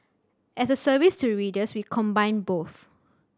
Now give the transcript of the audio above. as a service to readers we combine both